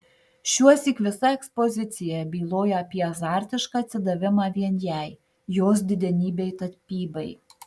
šiuosyk visa ekspozicija byloja apie azartišką atsidavimą vien jai jos didenybei tapybai